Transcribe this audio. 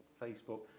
Facebook